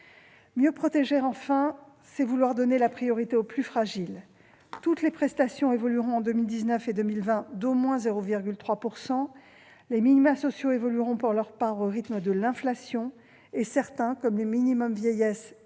Mieux protéger, enfin, c'est vouloir donner la priorité aux plus fragiles. Toutes les prestations évolueront en 2019 et en 2020 d'au moins 0,3 %. Les minima sociaux évolueront pour leur part au rythme de l'inflation. Certains minima, comme le minimum vieillesse et